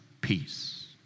peace